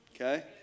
Okay